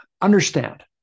understand